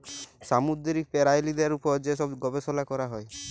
সামুদ্দিরিক পেরালিদের উপর যে ছব গবেষলা ক্যরা হ্যয়